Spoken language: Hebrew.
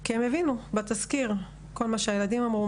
כי הם הבינו בתזכיר כל מה שהילדים אמרו,